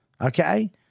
Okay